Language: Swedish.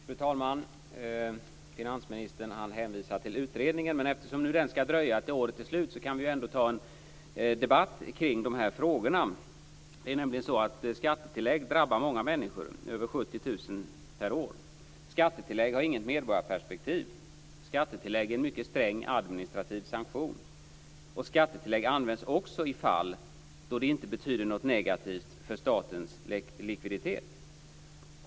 Fru talman! Finansministern hänvisar till utredningen. Men eftersom den skall dröja tills året är slut kan vi ändå ta en debatt kring de här frågorna. Det är nämligen så att skattetillägg drabbar många människor, över 70 000 per år. Skattetillägg har inget medborgarperspektiv. Skattetillägg är en mycket sträng administrativ sanktion. Skattetillägg används också i fall då det inte betyder något negativt för statens likviditet.